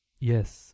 Yes